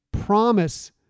Promise